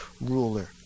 ruler